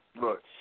Look